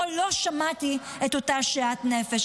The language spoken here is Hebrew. פה לא שמעתי את אותו שאט נפש.